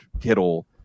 Kittle